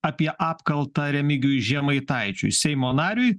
apie apkaltą remigijui žemaitaičiui seimo nariui